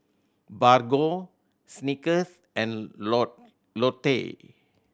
Bargo Snickers and Lotte